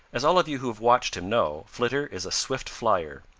as all of you who have watched him know, flitter is a swift flier.